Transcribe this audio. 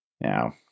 Now